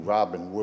Robin